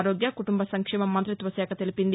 ఆరోగ్య కుటుంబ సంక్షేమ మంతిత్వ శాఖ తెలిపింది